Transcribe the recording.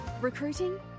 Recruiting